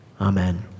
amen